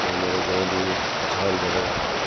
کہ ہمارے گاؤں بھی خوش حال رہے